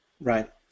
Right